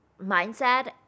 mindset